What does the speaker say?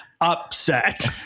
upset